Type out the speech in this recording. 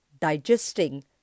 digesting